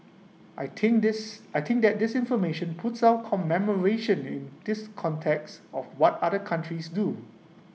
I think this I think that this information puts our commemoration in this context of what other countries do